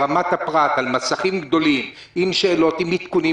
ברמת הפרט על מסכים גדולים עם שאלות ועדכונים,